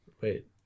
wait